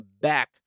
back